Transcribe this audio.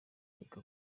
nkeka